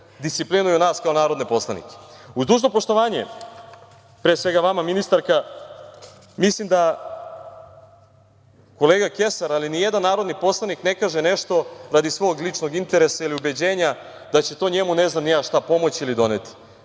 disciplinuju nas kao narodne poslanike. Uz dužno poštovanje, pre svega vama ministarka, mislim da kolega Kesar, ali ni jedan narodni poslanik ne kaže nešto radi svoj ličnog interesa ili ubeđenja da će to njemu ne znam ni ja šta pomoći ili doneti.